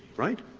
right?